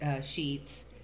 sheets